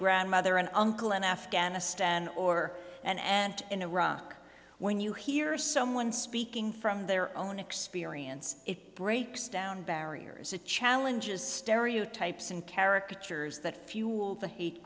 grandmother an uncle in afghanistan or an aunt in iraq when you hear someone speaking from their own experience it breaks down barriers the challenges stereotypes and caricature has that fuel the hate